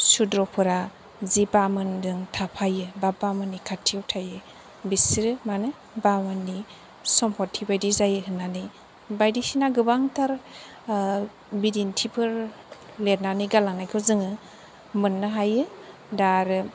सुद्रफोरा जे बामोनजों थाफायो बा बामोननि खाथिआव थायो बिसोरो मानो बामोननि सम्पथि बायदि जायो होननानै बायदि सिना गोबांथार बिदिन्थिफोर लेरनानै गालांनायखौ जोङो मोननो हायो दा आरो